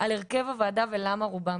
על הרכב הוועדה ולמה רובם